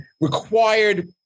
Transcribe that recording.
required